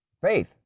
Faith